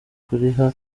kuriha